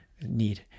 need